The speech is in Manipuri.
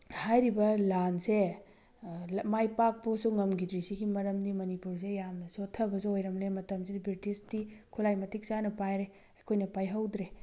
ꯍꯥꯏꯔꯤꯕ ꯂꯥꯟꯁꯦ ꯃꯥꯏ ꯄꯥꯛꯄꯁꯨ ꯉꯝꯈꯤꯗ꯭ꯔꯤꯁꯤꯒꯤ ꯃꯔꯝꯗꯤ ꯃꯅꯤꯄꯨꯔꯁꯦ ꯌꯥꯝꯅ ꯁꯣꯊꯕꯁꯨ ꯑꯣꯏꯔꯝꯂꯦ ꯃꯇꯝꯁꯤꯗ ꯕ꯭ꯔꯤꯇꯤꯁꯇꯤ ꯈꯨꯠꯂꯥꯏ ꯃꯇꯤꯛ ꯆꯥꯅ ꯄꯥꯏꯔꯦ ꯑꯩꯈꯣꯏꯅ ꯄꯥꯏꯍꯧꯗ꯭ꯔꯦ